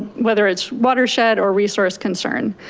whether it's watershed or resource concern.